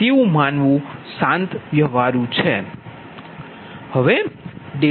તેવું માનવું શાંત વ્યવહારુ છે કે i